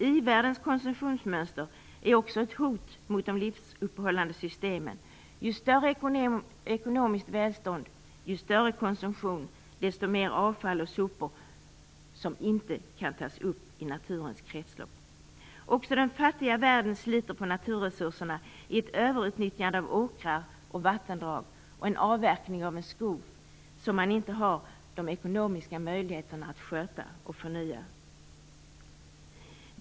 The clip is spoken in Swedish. I-världens konsumtionsmönster är också ett hot mot de livsuppehållande systemen. Ju större ekonomiskt välstånd, ju större konsumtion, desto mer avfall och sopor som inte kan tas upp i naturens kretslopp. Även den fattiga världen sliter på naturresurserna i ett överutnyttjande av åkrar och vattendrag samt en avverkning av skog som man inte har de ekonomiska möjligheterna att sköta och förnya.